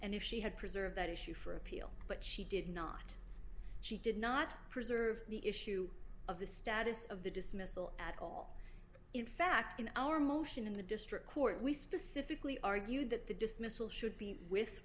and if she had preserved that issue for appeal but she did not she did not preserve the issue of the status of the dismissal at all in fact in our motion in the district court we specifically argued that the dismissal should be with